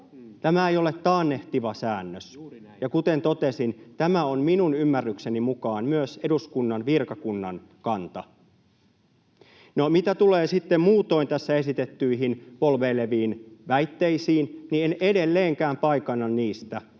Tämä ei ole taannehtiva säännös, ja kuten totesin, tämä on minun ymmärrykseni mukaan myös eduskunnan virkakunnan kanta. No, mitä tulee sitten muutoin tässä esitettyihin polveileviin väitteisiin, niin en edelleenkään paikanna niistä, mikä